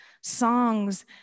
songs